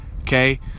Okay